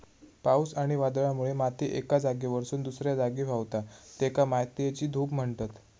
पावस आणि वादळामुळे माती एका जागेवरसून दुसऱ्या जागी व्हावता, तेका मातयेची धूप म्हणतत